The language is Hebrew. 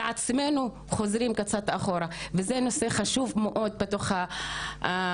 עצמנו חוזרים קצת אחורה וזה נושא חשוב מאוד לדון בתוך הכנסת